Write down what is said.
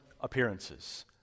appearances